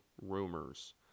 rumors